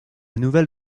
nouvelle